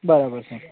બરાબર છે